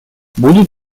будут